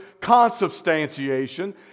consubstantiation